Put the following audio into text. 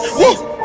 woo